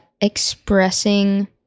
expressing